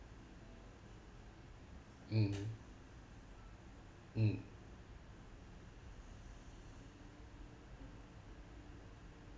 mm mm